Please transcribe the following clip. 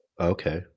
Okay